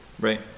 Right